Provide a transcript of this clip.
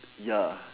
ya